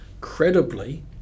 credibly